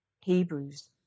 Hebrews